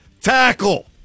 tackle